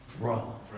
Wrong